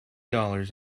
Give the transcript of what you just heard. dollars